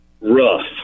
Rough